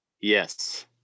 Yes